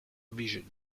vision